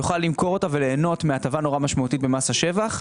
יוכל למכור אותה וליהנות מהטבה מאוד משמעותית במס השבח.